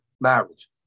marriage